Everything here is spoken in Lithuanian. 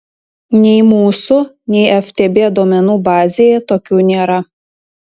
nei mūsų nei ftb duomenų bazėje tokių nėra